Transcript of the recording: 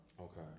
Okay